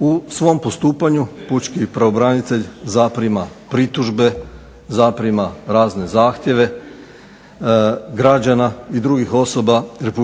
U svom postupanju pučki pravobranitelj zaprima pritužbe, zaprima razne zahtjeve građana i drugih osoba RH